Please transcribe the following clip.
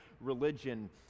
religion